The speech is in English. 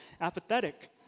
apathetic